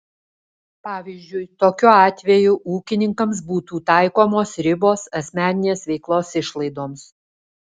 pavyzdžiui tokiu atveju ūkininkams būtų taikomos ribos asmeninės veiklos išlaidoms